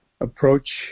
approach